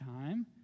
time